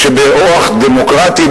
כשבאורח דמוקרטי,